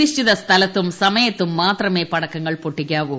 നിശ്ചിത സ്ഥലത്തും സമയത്തും മാത്രമേ പടക്ക ങ്ങൾ പൊട്ടിക്കാവൂ